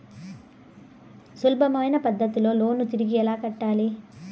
సులభమైన పద్ధతిలో లోను తిరిగి ఎలా కట్టాలి